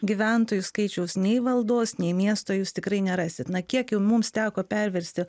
gyventojų skaičiaus nei valdos nei miesto jūs tikrai nerasit na kiek mums teko perversti